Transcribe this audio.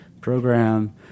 program